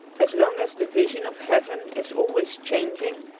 as long as the vision of heaven is always changing,